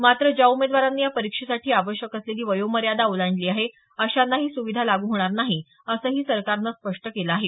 मात्र ज्या उमेदवारांनी या परीक्षेसाठी आवश्यक असलेली वयोमार्यादा ओलांडली आहे अशांना ही सुविधा लागू होणार नाही असंही सरकारने स्पष्ट केलं आहे